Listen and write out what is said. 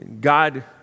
God